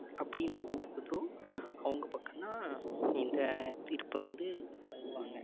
அப்படின்னு ஒத்துப்போகுதோ அவங்க பக்கம் தான் இந்த தீர்ப்பை வந்து வழங்குவாங்க